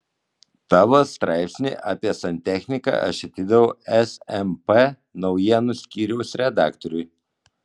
tavo straipsnį apie santechniką aš atidaviau smp naujienų skyriaus redaktoriui